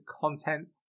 content